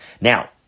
Now